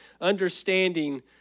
understanding